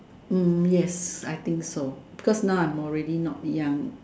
yes I think so cause I'm already not young